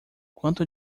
quanto